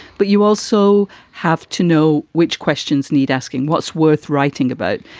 but you also have to know which questions need asking. what's worth writing about?